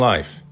Life